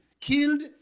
killed